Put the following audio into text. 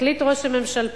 החליט ראש הממשלה,